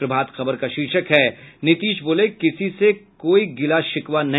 प्रभात खबर का शीर्षक है नीतीश बोले किसी से कोई गिला शिकवा नहीं